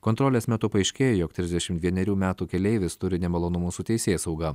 kontrolės metu paaiškėjo jog trisdešim vienerių metų keleivis turi nemalonumų su teisėsauga